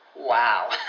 Wow